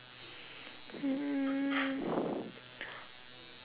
hmm